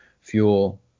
Fuel